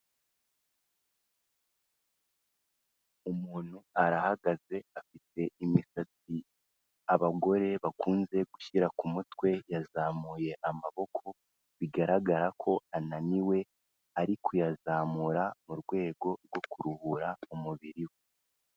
Umuntu arahagaze afite imisatsi abagore bakunze gushyira ku mutwe, yazamuye amaboko bigaragara ko ananiwe, ari kuyazamura mu rwego rwo kuruhura umubiri we.